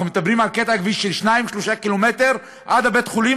אנחנו מדברים על קטע כביש של 3-2 קילומטר עד בית-החולים.